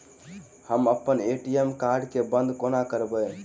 हम अप्पन ATM card केँ बंद कोना करेबै?